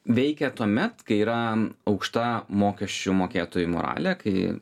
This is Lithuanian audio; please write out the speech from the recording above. veikia tuomet kai yra aukšta mokesčių mokėtojų moralė kai